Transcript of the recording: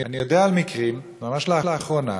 אני יודע על מקרים, ממש לאחרונה,